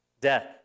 death